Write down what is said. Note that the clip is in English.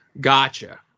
Gotcha